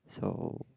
so